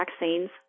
vaccines